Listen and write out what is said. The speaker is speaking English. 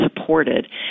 supported